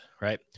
right